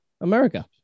America